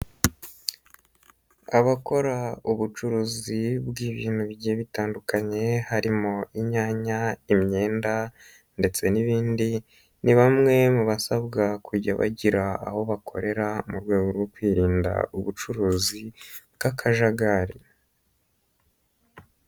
Abakora ubucuruzi bw'ibintu bigiye bitandukanye harimo inyanya, imyenda ndetse n'ibindi, ni bamwe mu basabwa kujya bagira aho bakorera mu rwego rwo kwirinda ubucuruzi bw'akajagari.